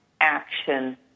action